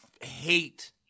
hate